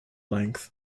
length